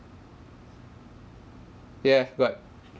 yeah got